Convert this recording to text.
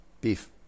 beef